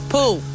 Pool